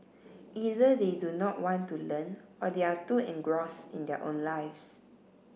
either they do not want to learn or they are too engrossed in their own lives